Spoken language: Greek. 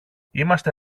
είμαστε